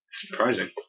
Surprising